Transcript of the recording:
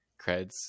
creds